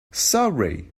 sorry